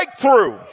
breakthrough